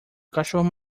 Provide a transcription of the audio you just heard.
cachorro